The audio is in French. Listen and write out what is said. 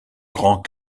grand